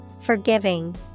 Forgiving